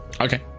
okay